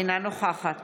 אינה נוכחת